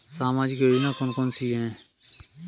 सामाजिक योजना कौन कौन सी हैं?